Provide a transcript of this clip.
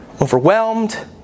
overwhelmed